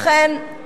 לכן,